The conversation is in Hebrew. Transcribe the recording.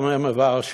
הוא אומר: מוורשה,